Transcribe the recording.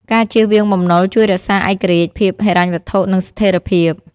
ការជៀសវាងបំណុលជួយរក្សាឯករាជ្យភាពហិរញ្ញវត្ថុ និងស្ថេរភាព។